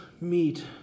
meet